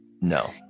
No